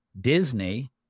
Disney